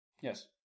Yes